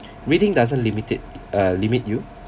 reading doesn't limit it uh limit you